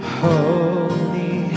holy